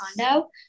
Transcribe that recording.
condo